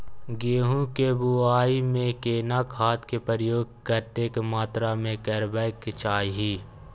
गेहूं के बुआई में केना खाद के प्रयोग कतेक मात्रा में करबैक चाही?